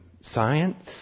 science